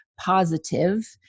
positive